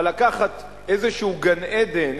אבל לקחת איזה גן-עדן,